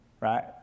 Right